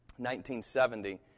1970